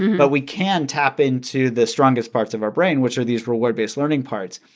but we can tap into the strongest parts of our brain, which are these reward-based learning parts.